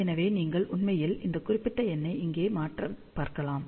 எனவே நீங்கள் உண்மையில் இந்த குறிப்பிட்ட எண்ணை இங்கே மாற்ற பார்க்கலாம்